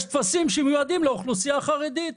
יש טפסים שמיועדים לאוכלוסייה החרדית.